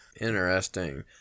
Interesting